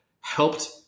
helped